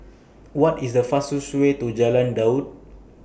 What IS The fastest Way to Jalan Daud